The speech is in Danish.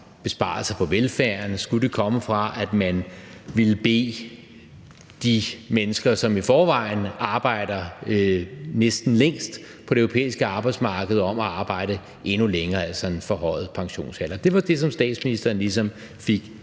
besparelser på velfærden, skulle de komme fra, at man ville bede de mennesker, som i forvejen arbejder næsten længst på det europæiske arbejdsmarked, om at arbejde endnu længere, altså en forhøjet pensionsalder? Det var det, som statsministeren ligesom fik lagt